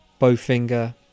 Bowfinger